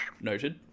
noted